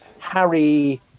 Harry